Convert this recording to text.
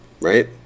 right